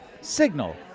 Signal